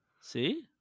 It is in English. See